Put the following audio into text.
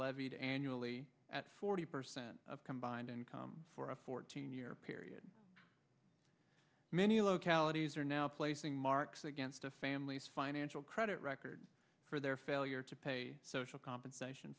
levied annually at forty percent of combined income for a fourteen year period many localities are now placing marks against a family's financial credit record for their failure to pay social compensation